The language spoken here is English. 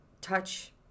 touch